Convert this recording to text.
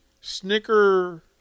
Snicker